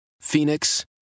Phoenix